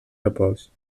repòs